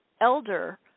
elder